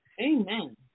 amen